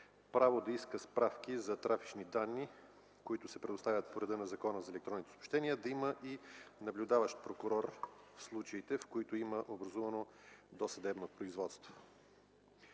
право да иска справки за трафични данни, които се предоставят по реда на Закона за електронните съобщения, да има и наблюдаващият прокурор – в случаите, в които има образувано досъдебно производство.